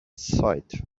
site